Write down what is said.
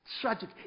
Tragic